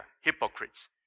hypocrites